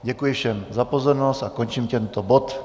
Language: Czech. Děkuji všem za pozornost a končím tento bod.